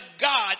God